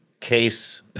case